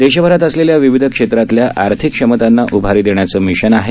देशभरात असलेल्या विविध क्षेत्रातील आर्थिक क्षमतांना उभारी देण्याचं मिशन आहे